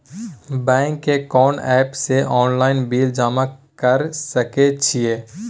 Bank के कोन app से ऑनलाइन बिल जमा कर सके छिए?